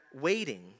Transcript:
waiting